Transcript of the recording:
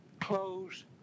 close